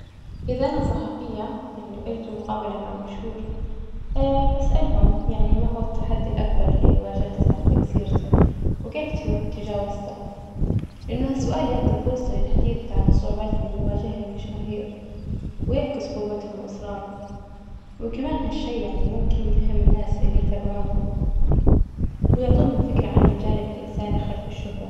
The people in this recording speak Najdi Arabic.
إذا أنا صحفية يعني أجري مقابلة مع مشهور بسألهم يعني ما هو التحدي الأكبر اللي واجهته في مسيرتك? وكيف تج- تجاوزته? لأنه هالسؤال يعطي فرصة للحديث عن الصعوبات اللي يواجهها المشاهير، ويعكس قوتهم وإصرارهم، وكمان هالشي يعني ممكن يلهم الناس اللي يتابعونهم، ويعطونهم فكرة عن الجانب الإنساني خلف الشهرة.